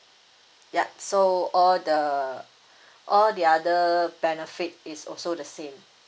yup so all the all the other benefit is also the same